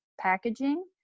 packaging